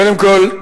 קודם כול,